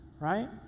right